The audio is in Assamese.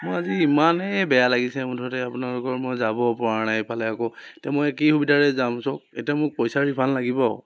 মই আজি ইমানেই বেয়া লাগিছে মুঠতে আপোনালোকৰ মই যাব পৰা নাই ইফালে আকৌ তে মই কি সুবিধাৰে যাব ছ' এতিয়া মোক পইচা ৰিফাণ্ড লাগিব